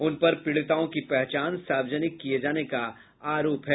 उन पर पीड़िताओं की पहचान सार्वजनिक किये जाने का आरोप है